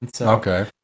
okay